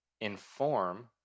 inform